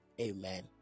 Amen